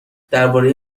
درباره